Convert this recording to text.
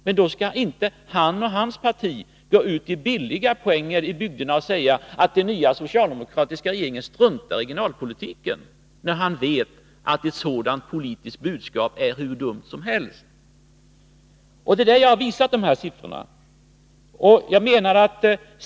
Men då skall inte heller herr Hörnlund och hans parti knipa billiga poänger ute i bygderna genom att säga att den nya socialdemokratiska regeringen struntar i regionalpolitiken. Han vet ju att ett sådant politiskt budskap är hur dumt som helst. Det har jag visat med siffror.